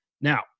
Now